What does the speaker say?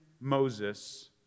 Moses